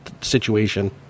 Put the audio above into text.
situation